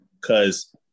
Cause